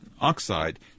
oxide